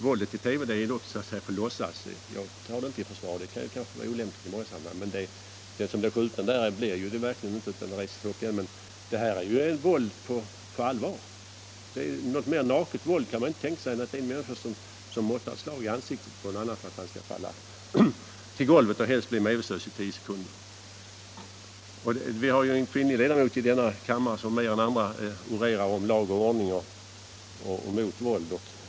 Våldet i TV är dock så att säga på låtsas. Jag tar det inte i försvar — det kan kanske vara olämpligt med våldshandlingar i TV — men den som blir skjuten där blir det ju ändå inte i verkligheten utan lever vidare. Men boxningen är ju våld på allvar. Ett mer naket våld kan man inte tänka sig: det är en människa som måttar ett slag i ansiktet på en annan i avsikt att han skall falla till golvet och helst bli medvetslös i tio sekunder. Vi har här i kammaren en kvinnlig ledamot som mer än andra orerar om lag och ordning och mot våld.